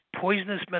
poisonous